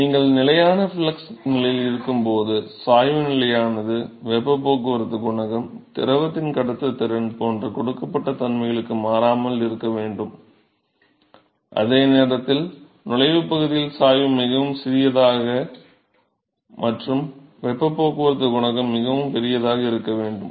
எனவே நீங்கள் நிலையான ஃப்ளக்ஸ் நிலையில் இருக்கும்போது சாய்வு நிலையானது வெப்பப் போக்குவரத்து குணகம் திரவத்தின் கடத்துத்திறன் போன்ற கொடுக்கப்பட்ட தன்மைகளுக்கு மாறாமல் இருக்க வேண்டும் அதே நேரத்தில் நுழைவு பகுதியில் சாய்வு மிகவும் சிறியது மற்றும் வெப்பப் போக்குவரத்துக் குணகம் மிகப் பெரியதாக இருக்க வேண்டும்